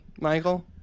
Michael